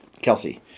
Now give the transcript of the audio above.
Kelsey